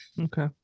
Okay